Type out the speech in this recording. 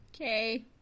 Okay